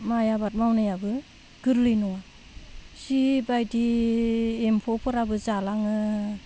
माइ आबाद मावनायाबो गोरलै नङा जिबायदि एम्फौफोराबो जालाङो